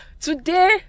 Today